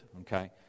okay